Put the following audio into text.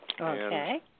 Okay